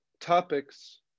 topics